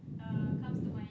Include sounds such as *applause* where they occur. *breath*